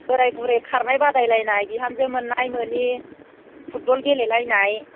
बोराइ बुरै खारनाय बादायलायनाय बिहामजो मोननाय मोनि फुटबल गेलेलायनाय